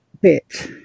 bit